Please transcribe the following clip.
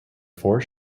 four